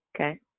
Okay